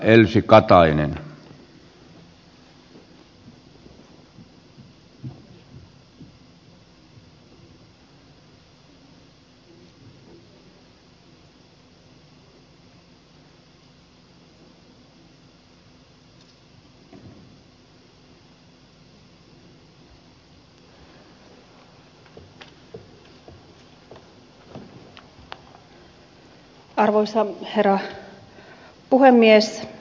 arvoisa herra puhemies